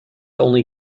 only